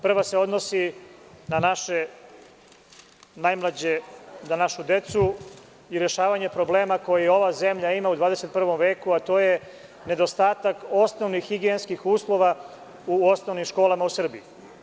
Prva se odnosi na naše najmlađe, na našu decu i rešavanje problema koji ova zemlja ima u 21. veku, a to je nedostatak osnovnih higijenskih uslova u osnovnim školama u Srbiji.